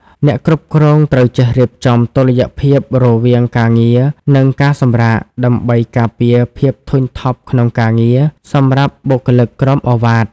អ្នកគ្រប់គ្រងត្រូវចេះរៀបចំតុល្យភាពរវាងការងារ និងការសម្រាក ដើម្បីការពារភាពធុញថប់ក្នុងការងារ សម្រាប់បុគ្គលិកក្រោមឱវាទ។